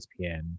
espn